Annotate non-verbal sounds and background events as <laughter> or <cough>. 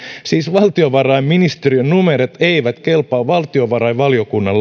siis valtiovarainministeriön numerot eivät kelpaa valtiovarainvaliokunnan <unintelligible>